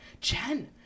Jen